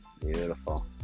Beautiful